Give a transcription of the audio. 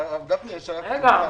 הצבעה פנייה 8010 אושרה הפנייה אושרה.